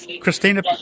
Christina